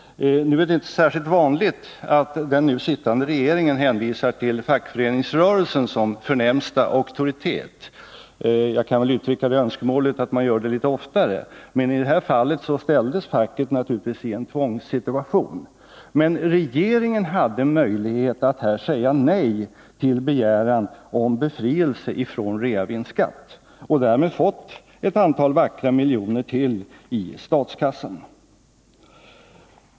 Nu är det inte särskilt vanligt att den nu sittande regeringen hänvisar till fackföreningsrörelsen som förnämsta auktoritet — jag kan väl uttrycka önskemålet att man gör det litet oftare — men i detta fall ställdes facket naturligtvis i en tvångssituation. Regeringen hade dock möjlighet att säga nej till begäran om reavinstskatt och skulle därmed ha fått ytterligare ett antal vackra miljoner till statskassan.